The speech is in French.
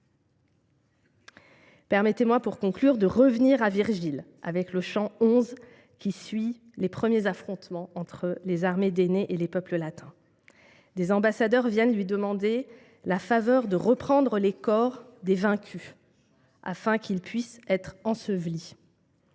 Permettez moi, pour conclure, de revenir à Virgile avec le chant XI, qui suit les premiers affrontements entre les armées d’Énée et les peuples latins. Des ambassadeurs viennent lui demander la faveur de reprendre les corps des vaincus, afin qu’ils puissent être ensevelis